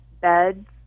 beds